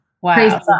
Wow